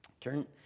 Turn